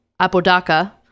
Apodaca